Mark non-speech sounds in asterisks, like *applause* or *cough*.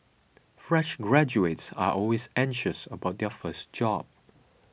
*noise* fresh graduates are always anxious about their first job *noise*